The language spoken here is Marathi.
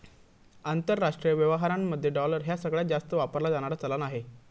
आंतरराष्ट्रीय व्यवहारांमध्ये डॉलर ह्या सगळ्यांत जास्त वापरला जाणारा चलान आहे